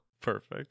perfect